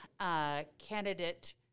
candidate